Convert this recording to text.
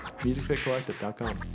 musicfitcollective.com